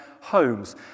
homes